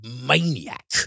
maniac